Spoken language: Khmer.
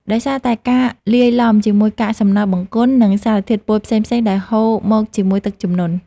ដោយសារតែការលាយឡំជាមួយកាកសំណល់បង្គន់ និងសារធាតុពុលផ្សេងៗដែលហូរមកជាមួយទឹកជំនន់។